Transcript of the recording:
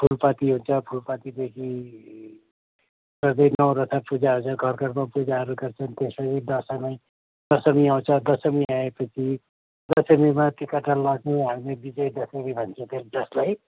फुलपाती हुन्छ फुलपातीदेखि सधैँ नौरथा पूजाआजा घर घरमा पूजाहरू गर्छन् त्यसपछि दशमी दशमी आउँछ दशमी आएपछि दशमीमा टिकाटालो लाउँछौँ हामीले विजय दशमी भन्छु जसलाई